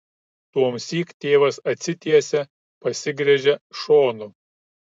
tuomsyk tėvas atsitiesia pasigręžia šonu